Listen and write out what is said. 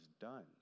done